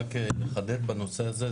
רק לחדד בנושא הזה,